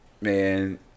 Man